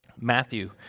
Matthew